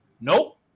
Nope